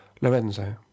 Lorenzo